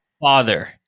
father